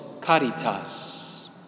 caritas